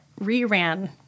re-ran